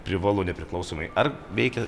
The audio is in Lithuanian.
privalu nepriklausomai ar veikia